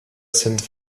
sind